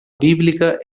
bíblica